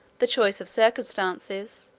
the choice of circumstances,